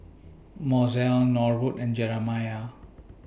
Mozell Norwood and Jeremiah